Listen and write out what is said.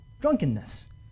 drunkenness